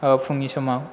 औ फुंनि समाव